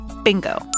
Bingo